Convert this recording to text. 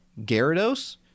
Gyarados